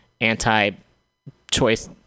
anti-choice